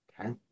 Okay